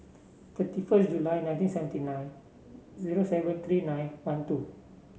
thirty first July nineteen seventy nine zero seven three nine one two